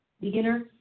beginner